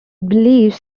believes